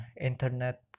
internet